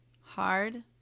hard